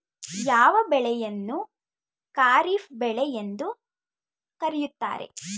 ಯಾವ ಬೆಳೆಯನ್ನು ಖಾರಿಫ್ ಬೆಳೆ ಎಂದು ಕರೆಯುತ್ತಾರೆ?